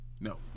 no